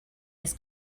his